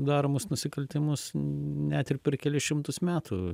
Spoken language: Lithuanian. daromus nusikaltimus net ir per kelis šimtus metų